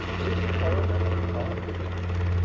this coronet part betwixt you.